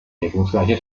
deckungsgleiche